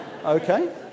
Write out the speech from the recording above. Okay